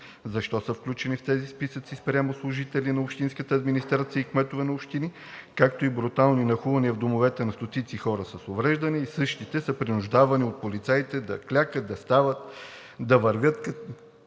защо са включени в тези списъци спрямо служители на общинската администрация и кметове на общини, както и брутални нахлувания в домовете на стотици хора с увреждания. Същите са принуждавани от полицаите да клякат, да стават, да вървят, като